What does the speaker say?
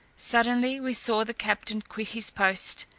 suddenly we saw the captain quit his post,